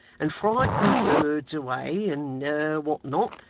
and frighten birds away, and what not,